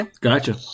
Gotcha